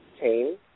chain